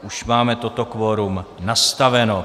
Už máme toto kvorum nastaveno.